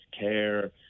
care